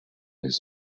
his